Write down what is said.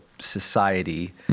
society